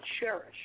cherish